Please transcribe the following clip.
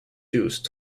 used